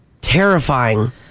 Terrifying